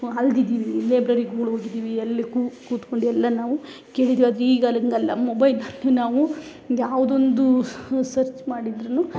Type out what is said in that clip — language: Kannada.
ಅಲ್ದಿದೀವಿ ಲೈಬ್ರೆರಿಗಳು ಹೋಗಿದಿವಿ ಎಲ್ಲಿ ಕುತ್ಕೊಂಡೆಲ್ಲ ನಾವು ಕೇಳಿದಿವಿ ಆದರೆ ಈಗಾಲಂಗಲ್ಲ ಮೊಬೈಲಲ್ಲಿ ನಾವು ಯಾವುದೊಂದು ಸರ್ಚ್ ಮಾಡಿದ್ರು